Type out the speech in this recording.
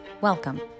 welcome